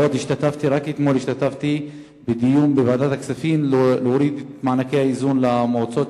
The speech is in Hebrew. רק אתמול השתתפתי בדיון בוועדת הכספים על הורדת מענקי האיזון למועצות,